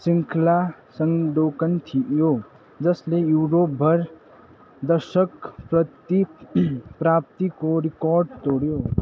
श्रृङ्खला सन डोकन थियो जसले युरोपभर दर्शक प्रति प्राप्तिको रिकर्ड तोड्यो